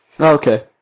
Okay